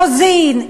מיכל רוזין,